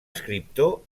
escriptor